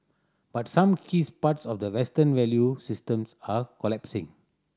but some keys parts of the Western value systems are collapsing